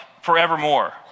forevermore